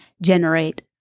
generate